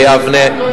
ביבנה,